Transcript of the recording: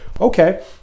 okay